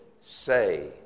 say